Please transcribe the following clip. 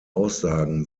aussagen